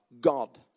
God